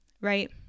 right